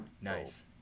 Nice